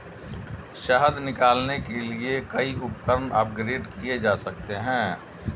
शहद निकालने के लिए कई उपकरण अपग्रेड किए जा सकते हैं